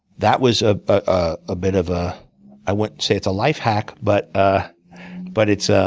that was ah a bit of a i wouldn't say it's a life hack, but ah but it's ah